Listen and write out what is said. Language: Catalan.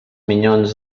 minyons